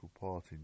party